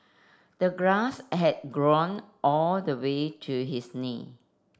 the grass had grown all the way to his knee